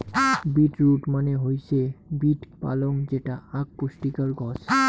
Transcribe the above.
bit root মানে হৈসে beet পালং যেটা আক পুষ্টিকর গছ